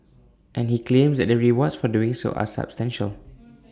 and he claims that the rewards for doing so are substantial